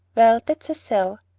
well, that's a sell!